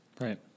Right